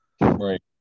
right